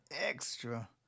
extra